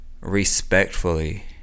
respectfully